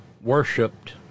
worshipped